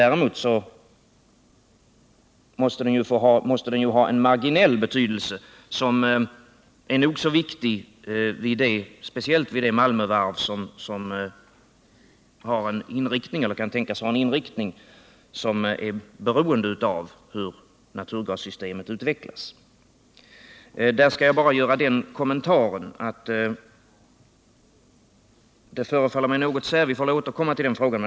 Däremot måste den ha en marginell betydelse som är nog så stor, speciellt vid det Malmövarv som har eller kan tänkas ha en inriktning som är beroende av hur naturgassystemet utvecklas. I det sammanhanget skall jag bara göra en kommentar, eftersom vi väl får återkomma till den frågan.